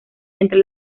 entre